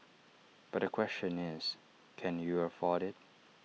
but the question is can you afford IT